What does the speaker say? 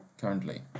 currently